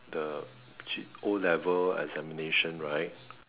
the O-level examination right